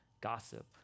gossip